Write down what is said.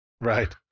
Right